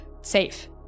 safe